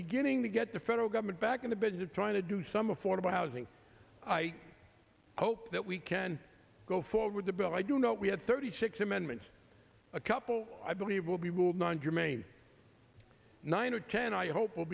beginning to get the federal government back in the business of trying to do some affordable housing i hope that we can go forward the bill i do not we have thirty six amendments a couple i believe will be will non germane nine or ten i hope will